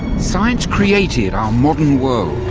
science created our modern world,